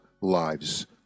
lives